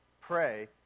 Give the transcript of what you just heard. pray